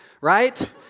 right